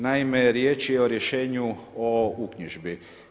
Naime, riječ je o rješenju o uknjižbi.